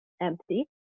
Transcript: empty